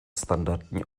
standardní